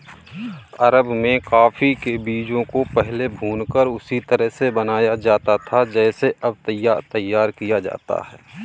अरब में कॉफी के बीजों को पहले भूनकर उसी तरह से बनाया जाता था जैसे अब तैयार किया जाता है